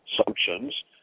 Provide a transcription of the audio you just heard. Assumptions